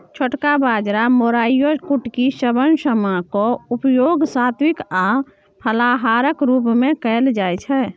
छोटका बाजरा मोराइयो कुटकी शवन समा क उपयोग सात्विक आ फलाहारक रूप मे कैल जाइत छै